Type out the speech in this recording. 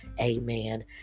amen